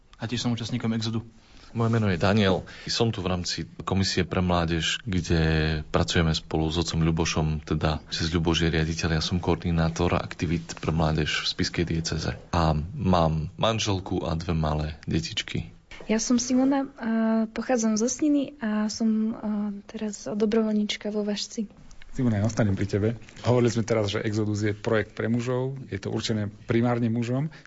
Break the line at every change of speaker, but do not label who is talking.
a tiež som účastníkom Exodu.
Moje meno je Daniel. Som tu v rámci Komisie pre mládež, kde pracujeme spolu s otcom Ľubošom, teda otec Ľuboš je riaditeľ, ja som koordinátor a- aktivít pre mládež v spišskej diecéze. A mám manželku a dve malé detičky.
Ja som Simona a pochádzam zo Sniny a som, a, teraz dobrovoľníčka vo Važci.
Simona, ja ostanem pri tebe. Hovorili sme teraz, že Exodus je projekt pre mužov, je to určené primárne mužom.